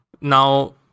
now